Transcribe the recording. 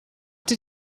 did